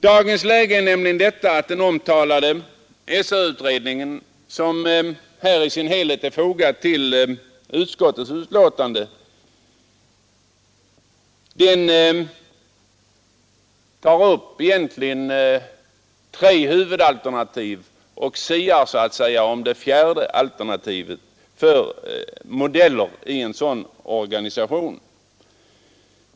Dagens läge är nämligen det att den omtalade SÖ-utredningen, som i sin helhet är fogad till utskottsbetänkandet, tar upp tre huvudalternativ och även siar om ett fjärde alternativ i en sådan organisation.